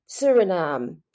Suriname